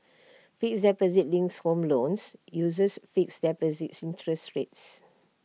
fixed deposit linked home loans uses fixed deposit interest rates